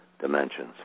dimensions